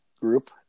group